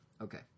Okay